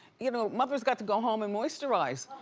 you know mother's got to go home and moisturize.